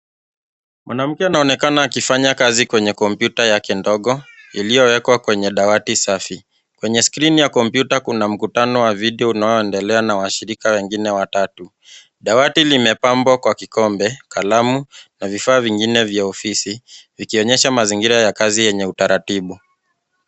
Mwanamke anaonekana akifanya kazi kwenye kompyuta yake ndogo iliyowekwa kwenye dawati safi. Kwenye skrini ya kompyuta kuna mkutano mwingine wa video na washirika wengine watatu. Dawati limepambwa kwa kikombe, kalamu na vifaa vingine vya ofisi vikionyesha mazingira ya ofisi yenye utaratibu.